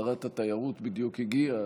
שרת התיירות בדיוק הגיעה,